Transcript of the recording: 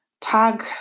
tag